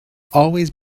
always